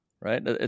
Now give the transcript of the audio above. Right